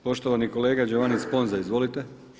Poštovani kolega Giovanni Sponza, izvolite.